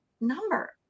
number